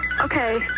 Okay